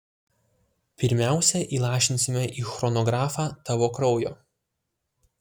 pirmiausia įlašinsime į chronografą tavo kraujo